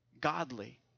godly